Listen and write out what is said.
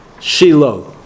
Shiloh